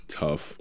tough